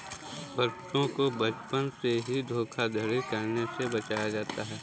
बच्चों को बचपन से ही धोखाधड़ी करने से बचाया जाता है